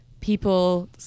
people